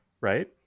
right